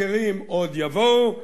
אחרים עוד יבואו,